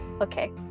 Okay